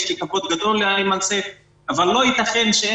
יש לי כבוד גדול לאימן סייף אבל לא ייתכן שאין